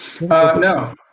no